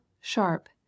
sharp